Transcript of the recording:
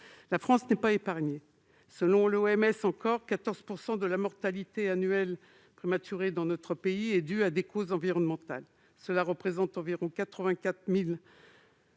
La France n'est pas épargnée. Selon l'OMS, 14 % de la mortalité annuelle prématurée dans notre pays est due à des causes environnementales. Cela représente environ 84 000 morts